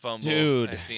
Dude